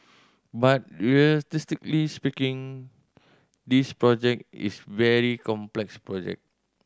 but realistically speaking this project is very complex project